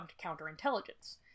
counterintelligence